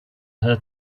her